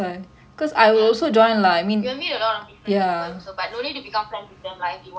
you will meet a lot of different people also but don't need to become friends with them lah if you want